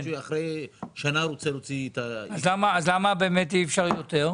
אחרי שנה הוא רוצה להוציא את ה אז למה באמת אי אפשר יותר?